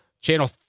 Channel